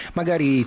magari